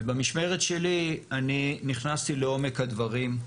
ובמשמרת שלי אני נכנסתי לעומק הדברים.